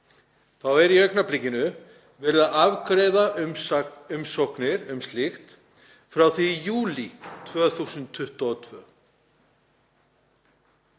þá er í augnablikinu verið að afgreiða umsóknir um slíkt frá því í júlí 2022.